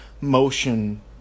motion